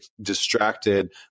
distracted